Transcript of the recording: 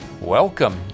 Welcome